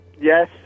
Yes